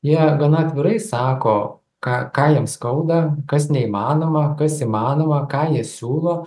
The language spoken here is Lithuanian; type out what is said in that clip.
jie gana atvirai sako ką ką jiems skauda kas neįmanoma kas įmanoma ką jis siūlo